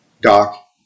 doc